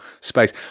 space